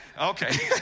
Okay